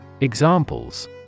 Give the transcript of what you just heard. Examples